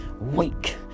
wake